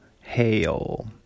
hail